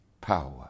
power